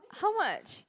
how much